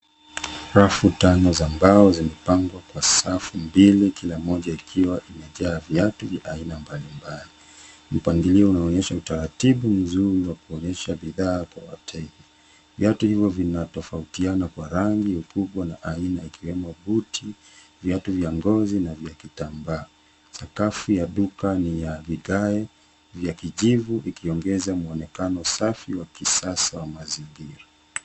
Rafu tano za mbao zimepangwa kwa safu mbili kila mmoja ikiwa imejaa viatu vya aina mbalimbali. Mpangilio unaonyesha utaratibu mzuri wa kuonyesha bidhaa kwa wateja. Viatu hivyo vinatofautiana kwa rangi, ukubwa, na aina ikiwemo buti, viatu vya ngozi, na vya kitambaa. Sakafu ya duka ni ya vigae , vya kijivu, ikiongeza muonekano safi wa kisasa wa mazingira.